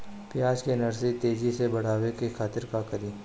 प्याज के नर्सरी तेजी से बढ़ावे के खातिर का करी?